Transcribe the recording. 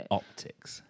optics